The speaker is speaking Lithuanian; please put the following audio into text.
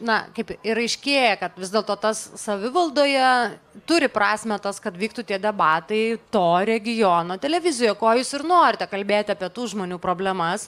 na kaip ir aiškėja kad vis dėlto tas savivaldoje turi prasmę tas kad vyktų tie debatai to regiono televizijoj ko jūs ir norite kalbėti apie tų žmonių problemas